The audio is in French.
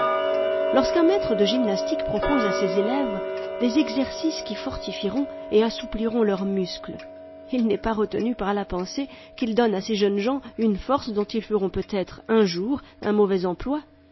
lorsqu'un maître de gymnastique propose à ses élèves des exercices qui fortifieront et assoupliront leurs muselés il n'est pas retenu par la pensée qu'il donne à ces jeunes gens une force dont ils feront peut-être un jour un mauvais emploi